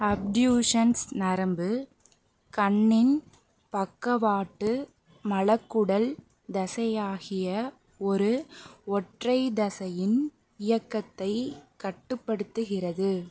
அப்டியூஷன்ஸ் நரம்பு கண்ணின் பக்கவாட்டு மலக்குடல் தசையாகிய ஒரு ஒற்றை தசையின் இயக்கத்தை கட்டுப்படுத்துகிறது